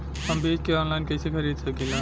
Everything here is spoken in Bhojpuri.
हम बीज के आनलाइन कइसे खरीद सकीला?